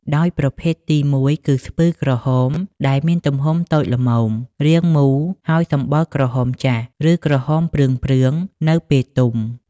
ដោយប្រភេទទីមួយគឺ ស្ពឺក្រហម ដែលមានទំហំតូចល្មម រាងមូល ហើយសម្បុរក្រហមចាស់ ឬក្រហមព្រឿងៗនៅពេលទុំ។